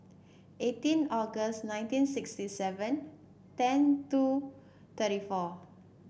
eighteen August nineteen sixty seven ten two thirty four